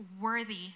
worthy